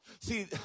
See